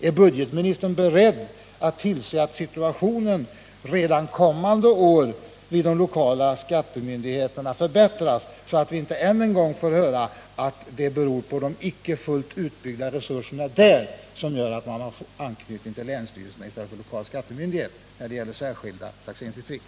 Är budgetministern beredd att tillse att situationen vid de lokala skattemyndigheterna förbättras redan nästkommande år, så att vi inte än en gång får höra att man har anknytning till länsstyrelserna i stället för till de lokala skattemyndigheterna beroende på att de senare inte har fullt utbyggda resurser när det gäller särskilda taxeringsdistrikt?